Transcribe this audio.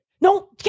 no